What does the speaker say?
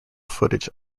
footage